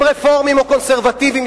הם רפורמים או קונסרבטיבים.